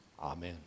Amen